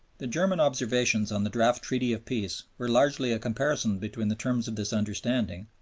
the german observations on the draft treaty of peace were largely a comparison between the terms of this understanding,